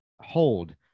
hold